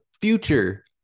future